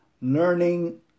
learning